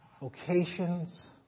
vocations